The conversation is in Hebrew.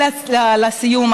לסיום,